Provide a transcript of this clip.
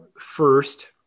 first